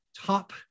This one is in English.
top